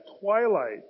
twilight